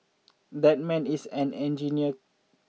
that man is an engineer